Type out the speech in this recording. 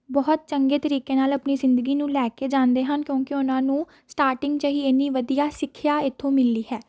ਬਹੁਤ ਚੰਗੇ ਤਰੀਕੇ ਨਾਲ ਆਪਣੀ ਜ਼ਿੰਦਗੀ ਨੂੰ ਲੈ ਕੇ ਜਾਂਦੇ ਹਨ ਕਿਉਂਕਿ ਉਹਨਾਂ ਨੂੰ ਸਟਾਰਟਿੰਗ 'ਚ ਹੀ ਇੰਨੀ ਵਧੀਆ ਸਿੱਖਿਆ ਇੱਥੋਂ ਮਿਲੀ ਹੈ